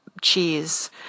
cheese